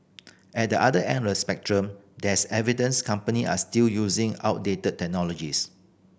at the other end of the spectrum there is evidence company are still using outdated technologies